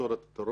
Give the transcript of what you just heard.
לעצור את הטרור.